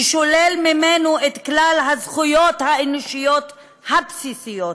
ששולל ממנו את כלל הזכויות האנושיות הבסיסיות: